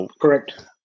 Correct